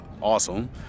awesome